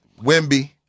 Wimby